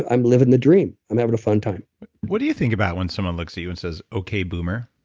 i'm living the dream, i'm having a fun time what do you think about when someone looks at you and says, okay boomer?